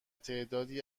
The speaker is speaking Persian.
تعدادی